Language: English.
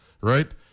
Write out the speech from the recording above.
right